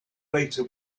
later